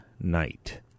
night